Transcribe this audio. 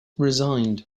resigned